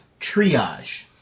triage